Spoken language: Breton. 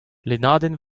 lennadenn